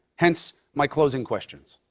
hence my closing questions.